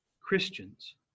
Christians